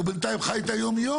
הוא בינתיים חי את היום-יום.